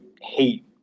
hate